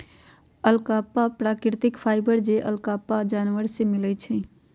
alpaca प्राकृतिक fibre हई जे अल्पाका जानवर से मिलय छइ